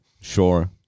sure